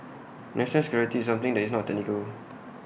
national security is something that is not technical